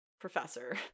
professor